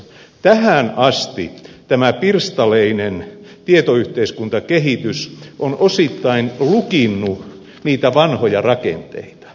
tähän asti tämä pirstaleinen tietoyhteiskuntakehitys on osittain lukinnut niitä vanhoja rakenteita